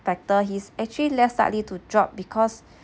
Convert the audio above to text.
factor he's actually less likely to drop because